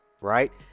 right